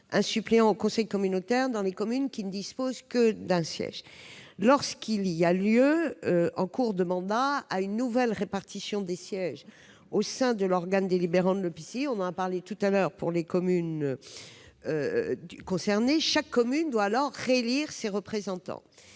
un suppléant au conseil communautaire dans les communes qui ne disposent que d'un siège. Lorsqu'il y a lieu en cours de mandat de procéder à une nouvelle répartition des sièges au sein de l'organe délibérant de l'EPCI- nous avons évoqué cette question pour les communes concernées -, chaque commune doit alors réélire ses représentants.